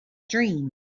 dream